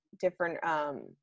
different